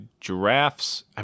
giraffes